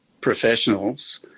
professionals